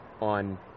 on